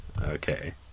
Okay